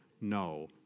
no